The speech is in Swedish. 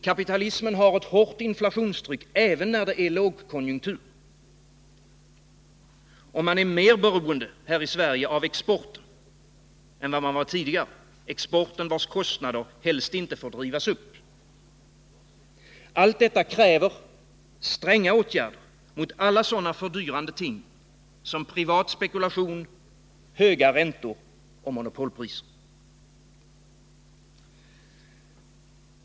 Kapitalismen har ett hårt inflationstryck även när det är lågkonjunktur, och man är här i Sverige mer beroende än man var tidigare av exporten, vars kostnader helst inte får drivas upp. Allt detta kräver stränga åtgärder mot alla sådana fördyrande ting som privat spekulation, höga räntor och monopolpriser.